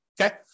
Okay